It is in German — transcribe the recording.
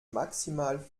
maximal